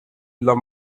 love